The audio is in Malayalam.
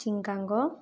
ചിങ്കങ്കോങ്